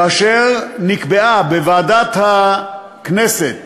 כאשר נקבעה בוועדת הכנסת